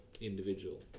individual